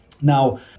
Now